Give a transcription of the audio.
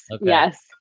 yes